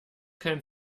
kein